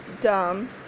dumb